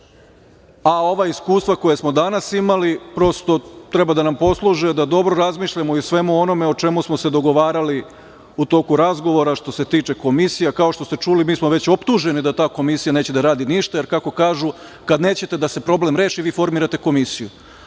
a ova iskustva koja smo danas imali prosto treba da nam posluže da dobro razmislimo o svemu onome o čemu smo se dogovarali u toku razgovora, što se tiče komisija. Kao što ste čuli, mi smo već optuženi da ta komisija neće da radi ništa, jer kako kažu, kad nećete da se problem reši vi formirate komisiju. Znači,